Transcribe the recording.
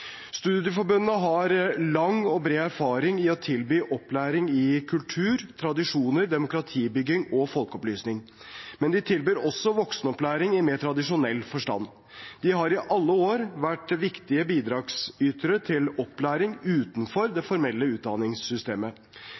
har lang og bred erfaring i å tilby opplæring i kultur, tradisjoner, demokratibygging og folkeopplysning. Men de tilbyr også voksenopplæring i mer tradisjonell forstand. De har i alle år vært viktige bidragsytere til opplæring utenfor det formelle utdanningssystemet.